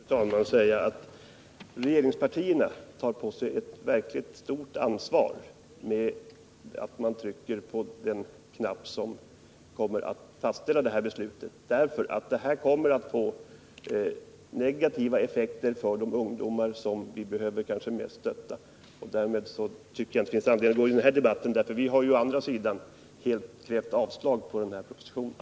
Fru talman! Jag vill till sist bara säga att man inom regeringspartierna tar på sig ett verkligt stort ansvar i och med att man trycker på den knapp som kommer att fastställa det här beslutet. Det här kommer att få negativa effekter för de ungdomar som kanske mest behöver vårt stöd. Därmed anser jag att jag inte behöver fortsätta den här debatten; vi har ju helt yrkat avslag på den här propositionen.